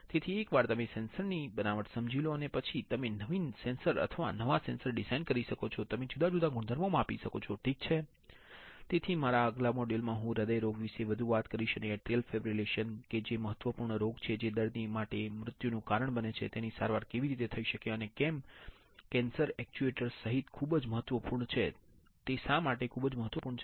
તેથી એકવાર તમે સેન્સર ની બનાવટ સમજી લો અને પછી તમે નવીન સેન્સર અથવા નવા સેન્સર ડિઝાઇન કરી શકો છો તમે જુદા જુદા ગુણધર્મો માપી શકો છો ઠીક છે તેથી મારા આગલા મોડ્યુલ માં હું હૃદય રોગ વિશે વધુ વાત કરીશ અને એટ્રિલ ફાઇબ્રીલેશન કે જે એક મહત્વપૂર્ણ રોગ છે જે દર્દી માટે મૃત્યુનું કારણ બને છે તેની સારવાર કેવી રીતે થઈ શકે અને કેમ સેન્સર એક્ટ્યુએટર્સ સહિત ખૂબ જ મહત્વપૂર્ણ છે તે શા માટે ખૂબ જ મહત્વપૂર્ણ છે